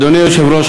אדוני היושב-ראש,